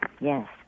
yes